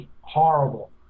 horrible